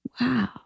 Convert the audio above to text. Wow